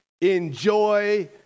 enjoy